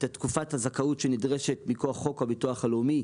תקופת הזכאות שנדרשת מכוח חוק הביטוח הלאומי,